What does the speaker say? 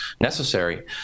necessary